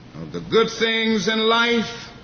the good things in life,